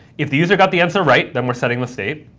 if the user got the answer right, then we're setting the state,